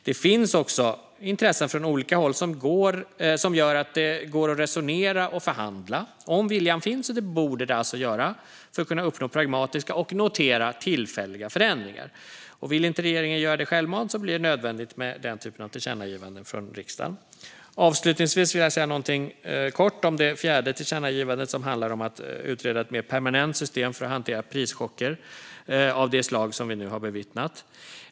Det finns också intressen från olika håll som gör att det går att resonera och förhandla om viljan finns, och det borde den alltså göra, för att kunna uppnå pragmatiska och - notera - tillfälliga förändringar. Vill inte regeringen göra det självmant blir det nödvändigt med den typen av tillkännagivanden från riksdagen. Avslutningsvis vill jag säga någonting kort om det fjärde tillkännagivandet, som handlar om att utreda ett mer permanent system för att hantera prischocker av det slag som vi nu har bevittnat.